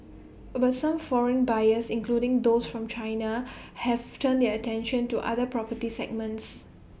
but some foreign buyers including those from China have turned their attention to other property segments